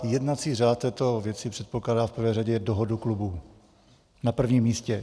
Jednací řád v této věci předpokládá v prvé řadě dohodu klubů na prvním místě.